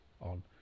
on